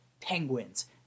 penguins